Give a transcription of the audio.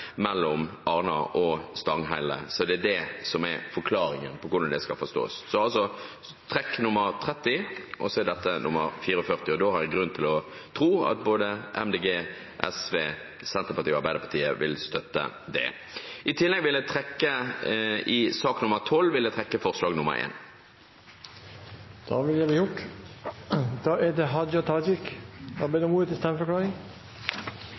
mellom Arna og Stanghelle. Det er altså forklaringen på hvordan det skal forstås, og da har jeg grunn til å tro at både Miljøpartiet De Grønne, Sosialistisk Venstreparti, Senterpartiet og Arbeiderpartiet vil støtte det. I tillegg vil jeg i sak nr. 12 trekke forslag nr. 1. Da er det notert. Hadia Tajik får ordet til stemmeforklaring.